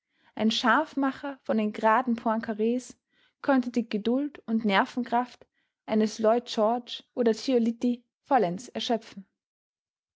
ein scharfmacher von den graden poincars könnte die geduld und nervenkraft eines lloyd george oder giolitti vollends erschöpfen